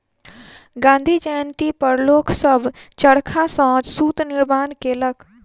गाँधी जयंती पर लोक सभ चरखा सॅ सूत निर्माण केलक